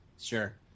Sure